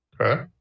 okay